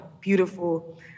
beautiful